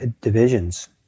divisions